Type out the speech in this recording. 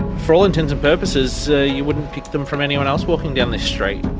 for all intents and purposes so you wouldn't pick them from anyone else walking down this street.